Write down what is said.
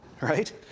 right